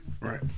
right